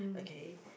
okay